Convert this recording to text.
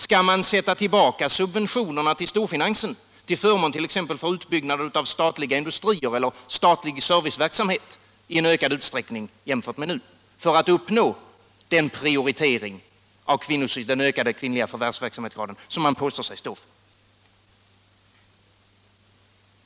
Skall man sätta tillbaka subventionerna till storfinansen till förmån t.ex. för utbyggnad av statlig industri eller statlig serviceverksamhet i en ökad utsträckning jämfört med nu för att uppnå den prioritering av den ökade kvinnliga förvärvsverksamhetsgraden, som man påstår sig stå för?